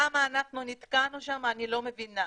למה אנחנו נתקענו שם אני לא מבינה.